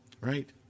right